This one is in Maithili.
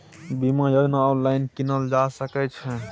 बीमा योजना ऑनलाइन कीनल जा सकै छै?